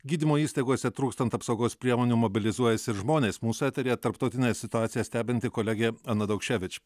gydymo įstaigose trūkstant apsaugos priemonių mobilizuojasi ir žmonės mūsų eteryje tarptautinę situaciją stebinti kolegė ana daukševič